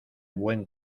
buen